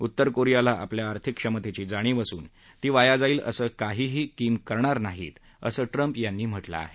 उत्तर कोरियाला आपल्या आर्थिक क्षमतेची जाणीव असून ती वाया जाईल असं काहीही किम करणार नाहीत असं ट्रम्प यांनी म्हटलं आहे